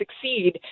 succeed